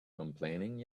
complaining